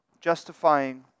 justifying